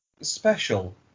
special